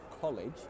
college